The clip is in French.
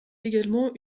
également